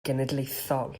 genedlaethol